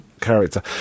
character